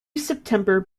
september